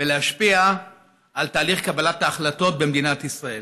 ולהשפיע על תהליך קבלת ההחלטות במדינת ישראל.